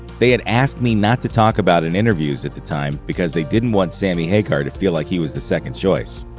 they had asked me not to talk about in interviews at the time, because they didn't want sammy hagar to feel like he was the second choice.